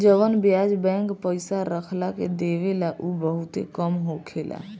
जवन ब्याज बैंक पइसा रखला के देवेला उ बहुते कम होखेला